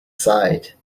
side